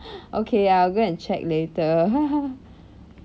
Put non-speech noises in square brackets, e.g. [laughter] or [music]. okay I'll go and check later [laughs]